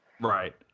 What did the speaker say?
right